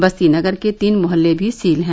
बस्ती नगर के तीन मोहल्ले भी सील हैं